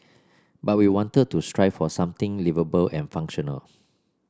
but we wanted to strive for something liveable and functional